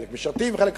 חלק משרתים וחלק לא,